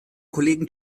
kollegen